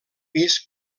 pis